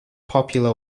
popular